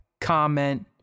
comment